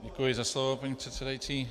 Děkuji za slovo, paní předsedající.